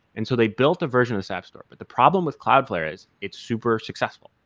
and so they built a version of this app store, but the problem with cloudflare is it's super successful,